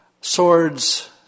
Swords